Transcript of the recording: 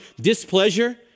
displeasure